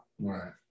Right